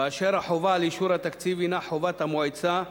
באשר החובה לאישור התקציב היא חובת המועצה,